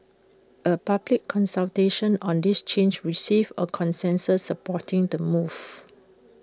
A public consultation on this change received A consensus supporting the move